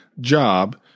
job